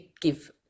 give